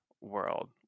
world